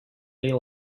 they